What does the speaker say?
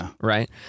right